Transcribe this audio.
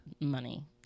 Money